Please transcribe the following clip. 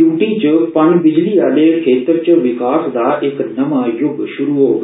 UT च पन बिजली आले खेतर च विकास दा इक नमां युग शुरू होग